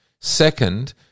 Second